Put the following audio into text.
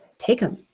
take them.